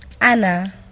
Anna